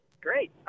Great